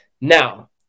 Now